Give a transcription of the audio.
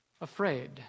afraid